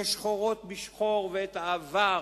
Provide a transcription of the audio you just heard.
כשחורות משחור ואת העבר